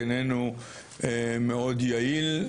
איננו מאוד יעיל,